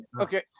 Okay